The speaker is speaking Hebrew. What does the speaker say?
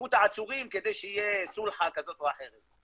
תשחררו את העצורים כדי שתהיה סולחה כזאת או אחרת.